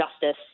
justice